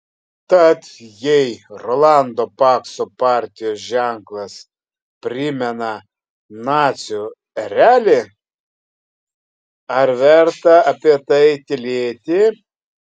tad jei rolando pakso partijos ženklas primena nacių erelį ar verta apie tai tylėti